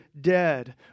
dead